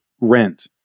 rent